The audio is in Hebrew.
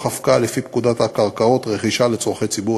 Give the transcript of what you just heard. הפקעה לפי פקודת הקרקעות (רכישה לצורכי ציבור),